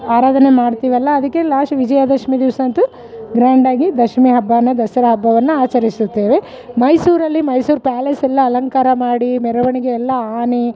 ಆರಾಧನೆ ಮಾಡ್ತಿವಲ್ಲ ಅದಕ್ಕೆ ಲಾಷ್ಟ್ ವಿಜಯದಶಮಿ ದಿವಸ ಅಂತು ಗ್ರ್ಯಾಂಡಾಗಿ ದಶಮಿ ಹಬ್ಬ ದಸಾರ ಹಬ್ಬವನ್ನು ಆಚರಿಸುತ್ತೇವೆ ಮೈಸೂರಲ್ಲಿ ಮೈಸೂರು ಪ್ಯಾಲೆಸ್ ಎಲ್ಲ ಅಲಂಕಾರ ಮಾಡಿ ಮೆರವಣಿಗೆ ಎಲ್ಲ ಆನೆ